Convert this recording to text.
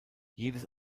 jedes